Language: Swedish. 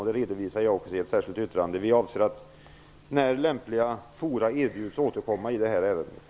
När lämpliga fora erbjuds avser vi att återkomma i det här avseendet.